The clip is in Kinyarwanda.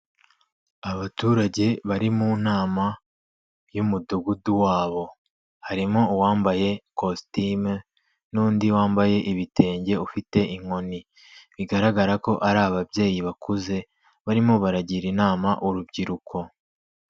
Abaturage bari mu nama y'umudugudu wabo, harimo uwambaye kositimu n'undi wambaye ibitenge ufite inkoni, bigaragara ko ari ababyeyi bakuze barimo baragira inama urubyiruko